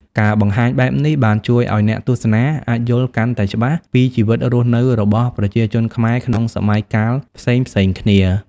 ការបង្ហាញបែបនេះបានជួយឲ្យអ្នកទស្សនាអាចយល់កាន់តែច្បាស់ពីជីវិតរស់នៅរបស់ប្រជាជនខ្មែរក្នុងសម័យកាលផ្សេងៗគ្នា។